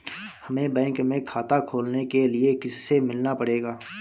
हमे बैंक में खाता खोलने के लिए किससे मिलना पड़ेगा?